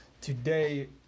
today